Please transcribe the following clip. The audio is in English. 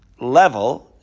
level